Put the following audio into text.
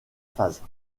phases